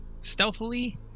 stealthily